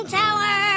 tower